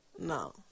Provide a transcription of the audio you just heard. no